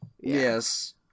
Yes